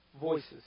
voices